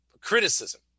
criticism